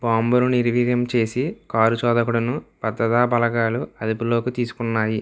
బాంబును నిర్వీర్యం చేసి కారు చోదకుడును భద్రతా బలగాలు అదుపులోకి తీసుకున్నాయి